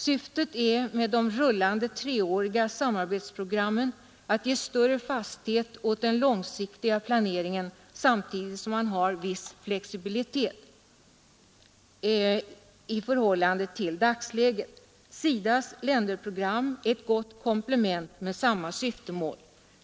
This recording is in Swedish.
Syftet med de rullande treåriga samarbetsprogrammen är att ge större fasthet åt den långsiktiga planeringen, samtidigt som man har en viss flexibilitet i förhållande till dagsläget. SIDA :s länderprogram är ett gott komplement med samma syftemål.